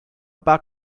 bug